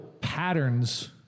patterns